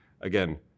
Again